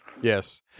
yes